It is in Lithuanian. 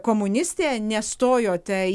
komuniste nestojote į